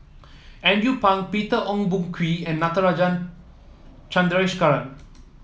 Andrew Phang Peter Ong Boon Kwee and Natarajan Chandrasekaran